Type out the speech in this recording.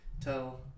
Tell